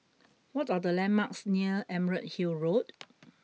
what are the landmarks near Emerald Hill Road